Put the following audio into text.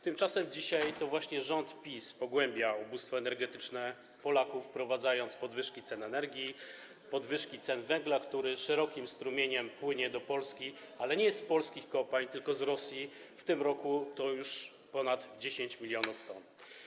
Tymczasem dzisiaj to właśnie rząd PiS pogłębia ubóstwo energetyczne Polaków, wprowadzając podwyżki cen energii, podwyżki cen węgla, który szerokim strumieniem płynie do Polski, ale nie z polskich kopalń, tylko z Rosji - w tym roku już ponad 10 mln t.